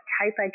type